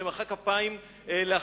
שמחא כפיים לאחמדינג'אד,